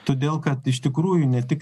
todėl kad iš tikrųjų ne tik